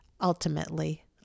ultimately